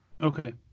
Okay